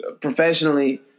professionally